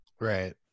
right